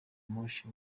moshi